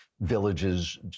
villages